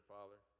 Father